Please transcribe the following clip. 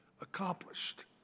accomplished